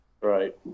Right